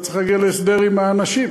אתה צריך להגיע להסדר עם האנשים.